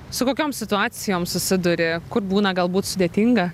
su kokiom situacijom susiduri kur būna galbūt sudėtinga